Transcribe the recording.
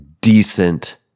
decent